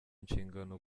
nshingano